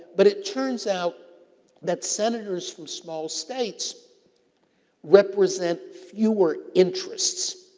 but, it turns out that senators from small states represent fewer interests.